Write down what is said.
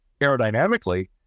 aerodynamically